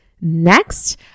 Next